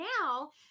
now